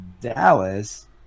Dallas